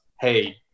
Hey